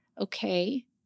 okay